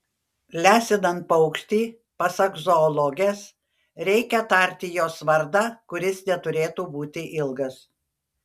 lesinant paukštį pasak zoologės reikia tarti jos vardą kuris neturėtų būti ilgas